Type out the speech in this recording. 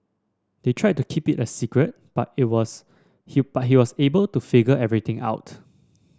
they tried to keep it a secret but he was he but he was able to figure everything out